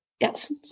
Yes